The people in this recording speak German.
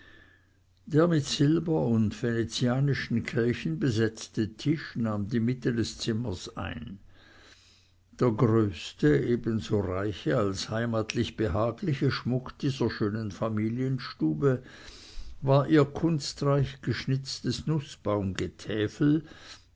der mit silber und venezianischen kelchen besetzte tisch nahm die mitte des zimmers ein der größte ebenso reiche als heimatlich behagliche schmuck dieser schönen familienstube war ihr kunstreich geschnitztes